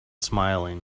smiling